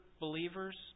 believers